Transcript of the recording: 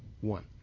one